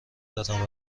دارم